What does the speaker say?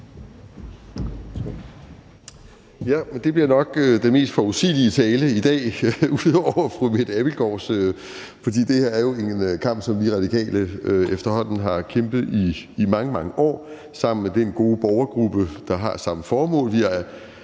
det bliver nok den mest forudsigelige tale i dag ud over fru Mette Abildgaards, for det her er jo en kamp, som vi Radikale efterhånden har kæmpet i mange, mange år sammen med den gode borgergruppe, der har samme formål.